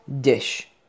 dish